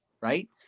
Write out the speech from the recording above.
right